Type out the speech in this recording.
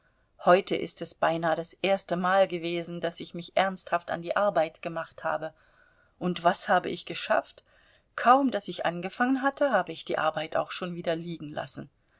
heute ist es beinahe das erstemal gewesen daß ich mich ernsthaft an die arbeit gemacht habe und was habe ich geschafft kaum daß ich angefangen hatte habe ich die arbeit auch schon wieder liegenlassen